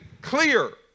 clear